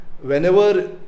whenever